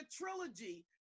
trilogy